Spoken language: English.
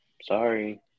Sorry